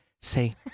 say